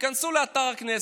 תיכנסו לאתר הכנסת,